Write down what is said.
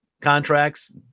contracts